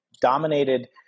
dominated